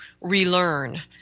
relearn